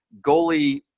goalie